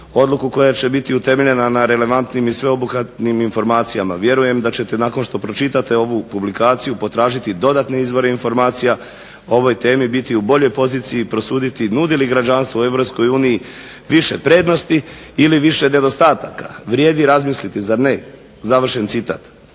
odluku koja će biti utemeljena na relevantnim i sveobuhvatnim informacijama. Vjerujem da ćete nakon što pročitate ovu publikaciju potražiti dodatne izvore informacija o ovoj temi i biti u boljoj poziciji prosuditi nudi li građanstvo u EU više prednosti ili više nedostataka. Vrijedi razmisliti zar ne?", završen citat.